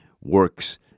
works